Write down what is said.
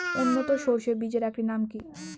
উন্নত সরষে বীজের একটি নাম কি?